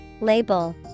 Label